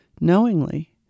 knowingly